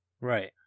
Right